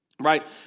right